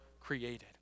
created